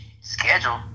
schedule